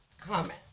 comment